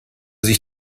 sich